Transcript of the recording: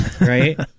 right